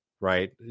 right